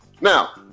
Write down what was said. Now